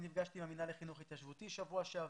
אני נפגשתי בשבוע שעבר עם המינהל לחינוך התיישבותי ואנחנו